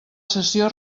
sessió